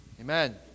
Amen